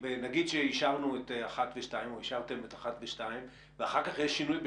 נגיד אישרתם את 1 ו-2 ואחר כך ב-3 יש שינוי.